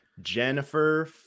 Jennifer